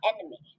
enemy